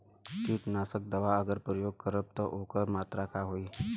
कीटनाशक दवा अगर प्रयोग करब त ओकर मात्रा का होई?